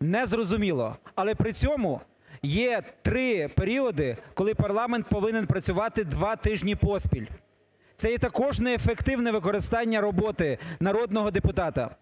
не зрозуміло. Але при цьому є три періоди, коли парламент повинен працювати два тижні поспіль, це є також неефективне використання роботи народного депутата.